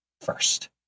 first